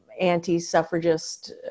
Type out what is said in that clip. anti-suffragist